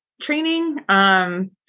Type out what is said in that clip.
training